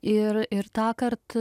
ir ir tąkart